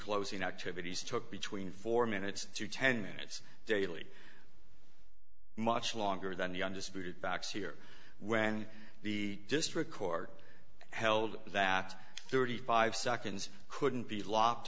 closing activities took between four minutes to ten minutes daily much longer than the undisputed facts here when the district court held that thirty five seconds couldn't be lo